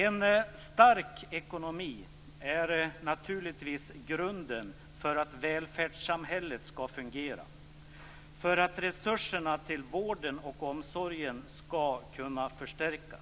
En stark ekonomi är naturligtvis grunden för att välfärdssamhället skall fungera, för att resurserna till vården och omsorgen skall kunna förstärkas.